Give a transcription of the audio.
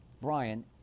Brian